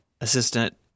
assistant